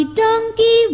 donkey